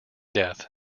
death